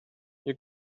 you